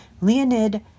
Leonid